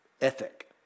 ethic